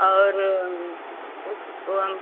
और उस ओ हम